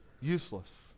useless